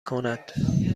کند